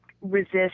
resist